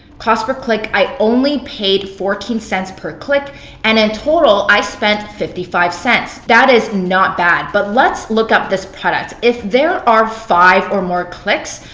cost per click, i only paid fourteen cents per click and in total i spent fifty five cents. that is not bad but let's look up this product. if there are five or more clicks,